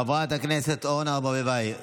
חברת הכנסת אורנה ברביבאי.